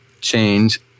change